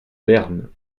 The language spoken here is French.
berne